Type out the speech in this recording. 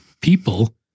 people